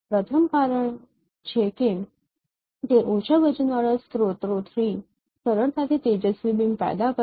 પ્રથમ કારણ છે કે તે ઓછા વજનવાળા સ્રોતોથી સરળતાથી તેજસ્વી બીમ પેદા કરે છે